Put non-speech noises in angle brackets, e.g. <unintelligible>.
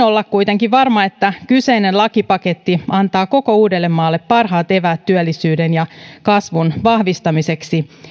<unintelligible> olla kuitenkin varma että kyseinen lakipaketti antaa koko uudellemaalle parhaat eväät työllisyyden ja kasvun vahvistamiseksi